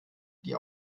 die